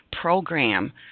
program